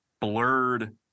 blurred